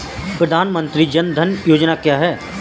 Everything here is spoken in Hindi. प्रधानमंत्री जन धन योजना क्या है?